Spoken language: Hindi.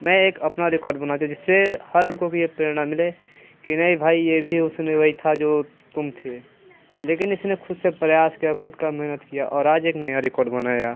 मैं एक अपना रिकॉर्ड बना जिससे हर लड़को की ये प्रेरणा मिले कि नहीं भाई ये भी उसने वही था जो तुम थे लेकिन इसने खुद से प्रयास किया खुद का मेहनत किया और आज एक नया रिकॉर्ड बनाया